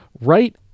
right